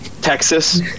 texas